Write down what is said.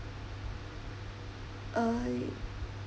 uh